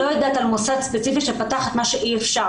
אז אני לא יודעת על מוסד ספציפי שפתח את מה שאי אפשר.